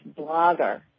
blogger